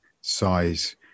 size